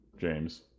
James